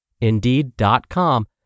Indeed.com